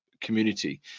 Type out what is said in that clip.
community